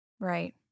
Right